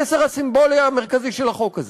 המסר הסימבולי המרכזי של החוק הזה.